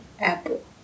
apple